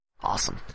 Awesome